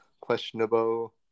questionable –